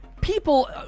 people